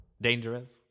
dangerous